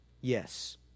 Yes